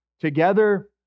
Together